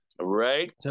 right